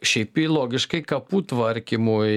šiaip tai logiškai kapų tvarkymui